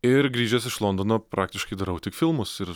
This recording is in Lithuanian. ir grįžęs iš londono praktiškai darau tik filmus ir